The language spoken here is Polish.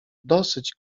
dosyć